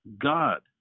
God